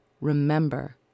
remember